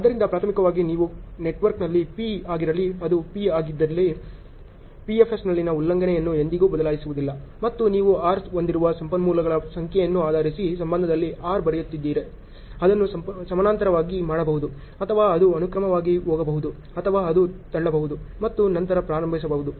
ಆದ್ದರಿಂದ ಪ್ರಾಥಮಿಕವಾಗಿ ನೀವು ನೆಟ್ವರ್ಕ್ನಲ್ಲಿ P ಆಗಿರಲಿ ಅದು P ಆಗಿದ್ದರೆ P FSಲ್ಲಿನ ಉಲ್ಲಂಘನೆಯನ್ನು ಎಂದಿಗೂ ಬದಲಾಯಿಸಲಾಗುವುದಿಲ್ಲ ಮತ್ತು ನೀವು R ಹೊಂದಿರುವ ಸಂಪನ್ಮೂಲಗಳ ಸಂಖ್ಯೆಯನ್ನು ಆಧರಿಸಿ ಸಂಬಂಧದಲ್ಲಿ R ಬರೆಯುತ್ತಿದ್ದರೆ ಅದನ್ನು ಸಮಾನಾಂತರವಾಗಿ ಮಾಡಬಹುದು ಅಥವಾ ಅದು ಅನುಕ್ರಮವಾಗಿ ಹೋಗಬಹುದು ಅಥವಾ ಅದು ತಳ್ಳಬಹುದು ಮತ್ತು ನಂತರ ಪ್ರಾರಂಭಿಸಬಹುದು